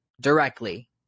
directly